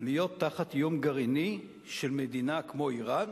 להיות תחת איום גרעיני של מדינה כמו אירן,